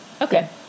Okay